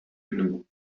genug